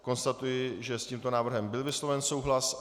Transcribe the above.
Konstatuji, že s tímto návrhem byl vysloven souhlas.